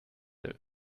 hill